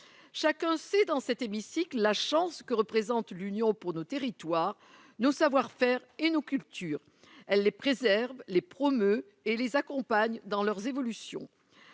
chacun sait dans cet hémicycle, la chance que représente l'Union pour nos territoires nos savoir-faire et nos cultures, elle, elle préserve les promeut et les accompagne dans leurs évolutions,